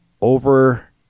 over